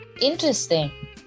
Interesting